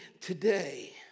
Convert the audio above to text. today